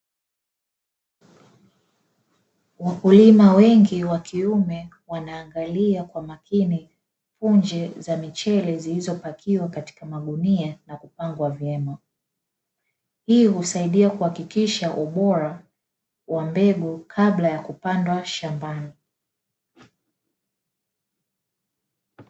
Wakulima wengi wa kiume wanaangalia kwa makini punje za michele zilizopakiwa katika magunia na kupangwa vyema. Hii husaidia kuhakikisha ubora wa mbegu kabla ya kupandwa shambani.